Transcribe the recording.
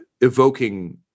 evoking